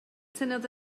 tynnodd